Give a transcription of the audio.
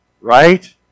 Right